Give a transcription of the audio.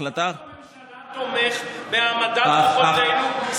ראש הממשלה תומך בהעמדת כוחותינו,